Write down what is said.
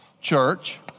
church